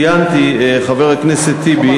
אמרתי עכשיו שהממוצע, ציינתי, חבר הכנסת טיבי,